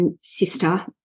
sister